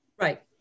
right